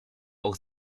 auch